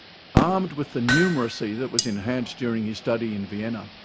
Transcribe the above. armed with the numeracy that was enhanced during his study in vienna,